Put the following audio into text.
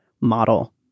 model